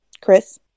Chris